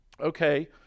Okay